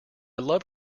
love